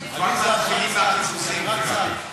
היושב-ראש, מתחילים הקיזוזים.